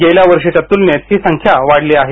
गेल्या वर्षीच्या तूलनेत ही संख्या वाढली आहे